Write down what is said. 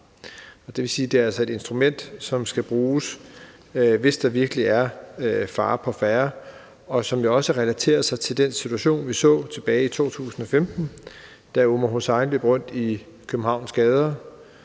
Det vil sige, at det altså er et instrument, som skal bruges, hvis der virkelig er fare på færde, og som også relaterer sig til den situation, vi så tilbage i 2015, da Omar El-Hussein løb rundt i Københavns gader,